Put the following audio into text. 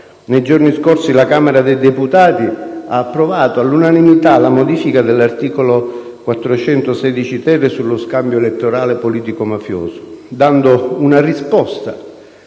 Nei giorni scorsi, la Camera dei deputati ha approvato all'unanimità la modifica dell'articolo 416-*ter* del codice penale sullo scambio elettorale politico‑mafioso, dando una risposta